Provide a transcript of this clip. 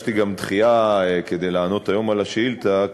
ביקשתי גם דחייה כדי לענות היום על השאילתה,